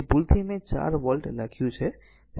તેથી ભૂલથી મેં 4 વોલ્ટ લખ્યું છે